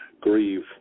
grieve